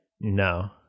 No